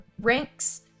Ranks